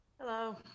Hello